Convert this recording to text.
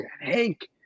Hank